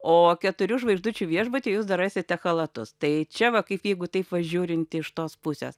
o keturių žvaigždučių viešbutyje jūs dar rasite chalatus tai čia va kaip jeigu taip va žiūrint iš tos pusės